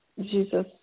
jesus